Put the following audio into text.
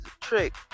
trick